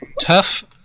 tough